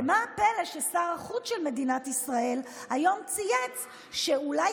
ומה הפלא ששר החוץ של מדינת ישראל היום צייץ שאולי